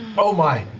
oh my.